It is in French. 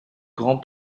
grand